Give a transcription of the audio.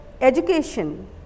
education